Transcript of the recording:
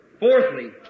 Fourthly